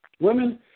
women